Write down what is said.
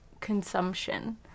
consumption